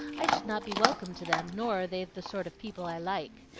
i should not be welcome to them, nor are they the sort of people i like.